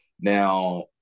Now